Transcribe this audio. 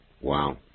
Wow